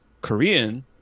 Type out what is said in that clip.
korean